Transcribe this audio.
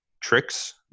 tricks